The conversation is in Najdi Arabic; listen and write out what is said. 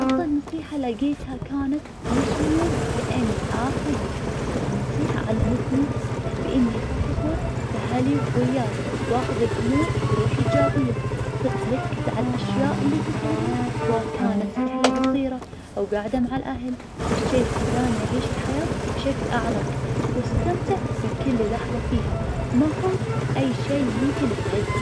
أفضل نصيحة لقيتها هي, عيش اليوم كأنه آخر يوم, هالنصيحة علمتني بإني أخصص وقت لاهلي وخوياي, وأخذ الأمور بروحي إيجابية, صرت اركز عالأشياء اللي تسعدني, سواء كانت رحلة قصيرة أو قاعدة مع الأهل, هالشي خلاني أعيش الحياة بشكل أعمق, واستمتع بكل لحظة فيها, ما افوت أي شي ممكن يسعدني.